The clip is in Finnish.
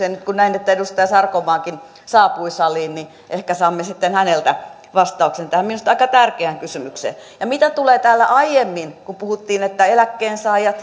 kysymyksiin nyt kun näin että edustaja sarkomaakin saapui saliin niin ehkä saamme sitten häneltä vastauksen tähän minusta aika tärkeään kysymykseen mitä tulee siihen kun täällä aiemmin puhuttiin että eläkkeensaajille